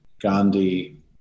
Gandhi